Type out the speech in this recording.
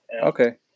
Okay